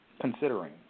considering